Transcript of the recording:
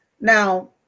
Now